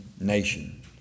nation